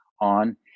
on